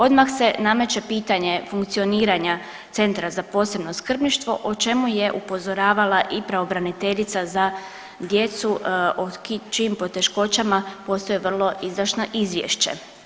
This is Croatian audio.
Odmah se nameće pitanje funkcioniranje Centra za posebno skrbništvo o čemu je upozoravala i pravobraniteljica za djecu o čijim poteškoćama postoje vrlo izdašno izvješće.